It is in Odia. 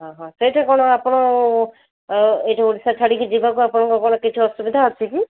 ହଁ ହଁ ସେଇଠି କ'ଣ ଆପଣ ଏଇଠୁ ଓଡ଼ିଶା ଛାଡ଼ିକି ଯିବାକୁ ଆପଣଙ୍କର କ'ଣ କିଛି ଅସୁବିଧା ଅଛି କି